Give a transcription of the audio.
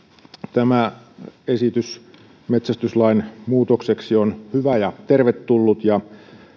tämä esitys metsästyslain muutokseksi on hyvä ja tervetullut ja